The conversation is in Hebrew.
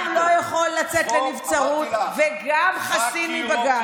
גם לא יכול לצאת לנבצרות וגם חסין מבג"ץ.